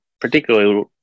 particularly